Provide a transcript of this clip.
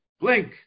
blink